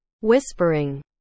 Whispering